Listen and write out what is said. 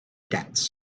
debts